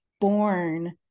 born